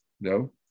No